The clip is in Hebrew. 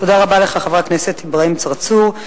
תודה רבה לך, חבר הכנסת אברהים צרצור.